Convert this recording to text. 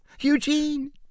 Eugene